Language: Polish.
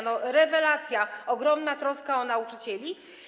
No rewelacja, ogromna troska o nauczycieli.